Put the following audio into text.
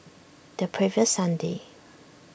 the previous sunday